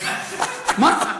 מה?